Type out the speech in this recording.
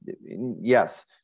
yes